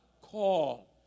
call